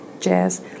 jazz